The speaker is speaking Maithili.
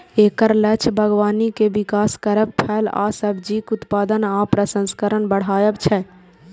एकर लक्ष्य बागबानी के विकास करब, फल आ सब्जीक उत्पादन आ प्रसंस्करण बढ़ायब छै